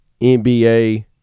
NBA